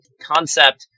concept